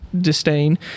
disdain